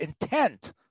intent